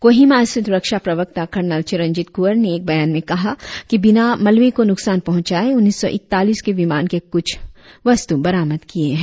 कोहिमा स्थित रक्षा प्रवक्ता कर्नल चिंरजित कुवंर ने एक बयान में कहा कि बिना मलबे को नुकसान पहुचाऐ उन्नीस सौ इकतालीस के विमान के कुछ वस्तु बरामद किए है